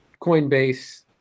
Coinbase